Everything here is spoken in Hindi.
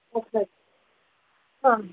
ओके हाँ